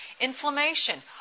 inflammation